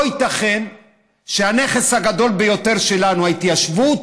לא ייתכן שהנכס הגדול ביותר שלנו, ההתיישבות,